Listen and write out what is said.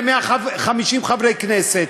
ל-150 חברי כנסת.